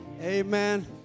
Amen